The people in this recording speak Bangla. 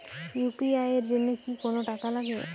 ইউ.পি.আই এর জন্য কি কোনো টাকা লাগে?